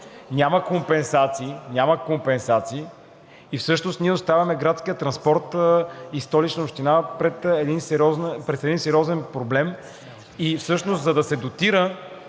700 лв. Няма компенсации и всъщност ние оставяме градския транспорт и Столична община пред един сериозен проблем и всъщност, за да се дотира